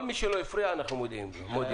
כל מי שלא הפריע אנחנו מודים לו.